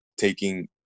taking